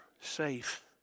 safe